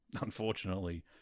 unfortunately